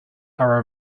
are